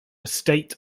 estate